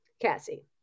Cassie